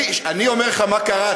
אני אומר לך מה קראתי.